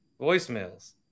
voicemails